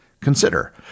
Consider